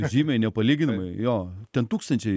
žymiai nepalyginamai jo ten tūkstančiai